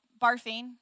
barfing